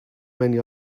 many